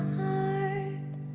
heart